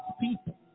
people